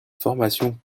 formation